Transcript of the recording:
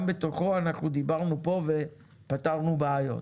גם בתוכו אנחנו דיברנו פה ופתרנו בעיות.